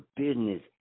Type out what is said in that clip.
business